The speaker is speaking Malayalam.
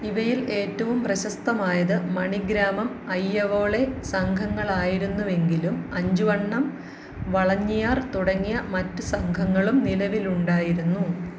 ഇവയിൽ ഏറ്റവും പ്രശസ്തമായത് മണിഗ്രാമം അയ്യവോളെ സംഘങ്ങളായിരുന്നുവെങ്കിലും അഞ്ചുവണ്ണം വളഞ്ഞിയാർ തുടങ്ങിയ മറ്റ് സംഘങ്ങളും നിലവിലുണ്ടായിരുന്നു